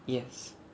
yes